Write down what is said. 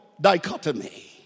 dichotomy